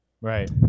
Right